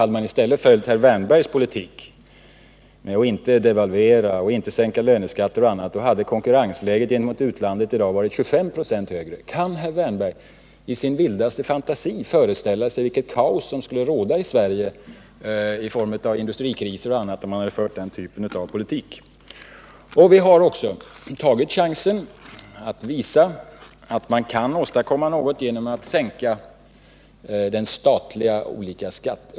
Hade man fört herr Wärnbergs politik och låtit bli att devalvera, sänka löneskatter osv., då hade konkurrensläget gentemot utlandet i dag varit 25 26 sämre. Kan herr Wärnberg föreställa sig vilket kaos som skulle ha rått här i Sverige i form av industrikriser och annat, om man hade fört den typen av politik? Den borgerliga regeringen har som sagt tagit chansen och visat att man kan åstadkomma något genom att sänka olika statliga skatter.